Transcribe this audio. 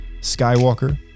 Skywalker